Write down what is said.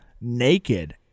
naked